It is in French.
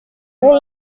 pour